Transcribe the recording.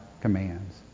commands